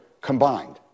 combined